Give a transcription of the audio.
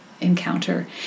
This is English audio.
encounter